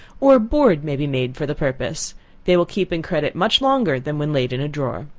or a board may be made for the purpose they will keep in credit much longer than when laid in a drawer.